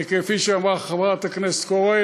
כפי שאמרה חברת הכנסת קורן,